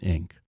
Inc